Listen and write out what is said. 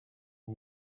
who